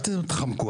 אל תתחמקו,